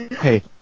Hey